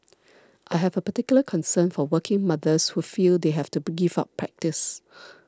I have a particular concern for working mothers who feel they have to give up practice